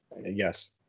yes